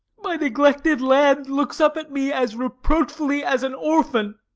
my neglected land looks up at me as reproachfully as an orphan.